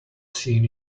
seen